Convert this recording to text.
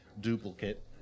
duplicate